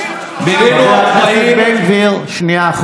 חבר הכנסת בן גביר, שנייה.